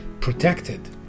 protected